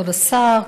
כבוד השר,